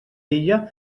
ella